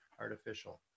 artificial